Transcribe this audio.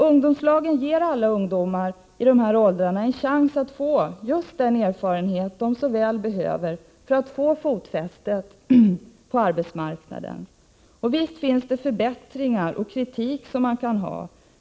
Ungdomslagen ger alla ungdomar i dessa åldrar en chans att få just den erfarenhet de så väl behöver för att få fotfäste på arbetsmarknaden. Visst behövs det förbättringar och visst kan det framföras kritik.